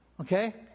Okay